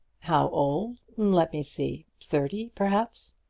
how old? let me see. thirty, perhaps.